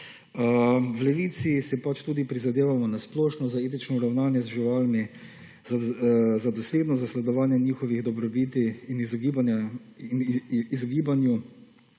V Levici si pač tudi prizadevamo na splošno za etično ravnanje z živalmi, za dosledno zasledovanje njihovih dobrobiti in izogibanju